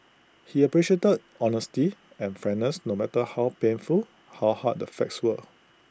he appreciated honesty and frankness no matter how painful how hard the facts were